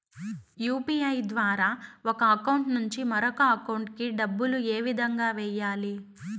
UPI ద్వారా ఒక account నుంచి మరొక అకౌంట్ కి డబ్బులు ఏ విధంగా వెయ్యాలి